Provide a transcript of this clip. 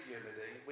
unity